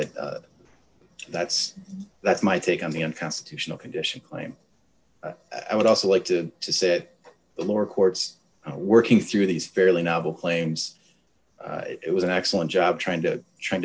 i that's that's my take on the unconstitutional condition claim i would also like to set the lower courts working through these fairly novel claims it was an excellent job trying to trying